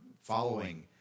following